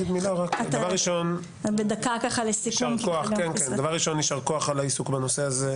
דבר ראשון יישר כוח על העיסוק בנושא הזה.